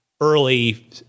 early